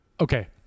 Okay